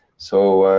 so.